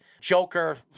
Joker